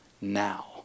now